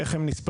איך הם נספרים?